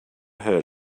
heard